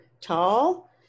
tall